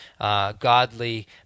godly